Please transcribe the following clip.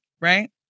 right